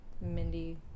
Mindy